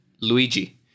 Luigi